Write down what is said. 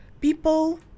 People